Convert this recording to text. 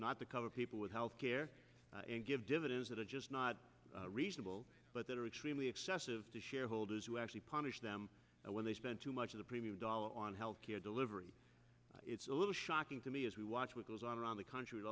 not to cover people with health care and give dividends that are just not reasonable but that are extremely excessive to shareholders who actually punish them when they spent too much of the premium dollars on health care delivery it's a little shocking to me as we watch what goes on around the country a